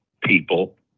people